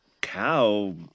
cow